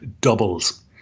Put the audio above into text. doubles